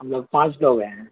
آپ لوگ پانچ لوگ ہیں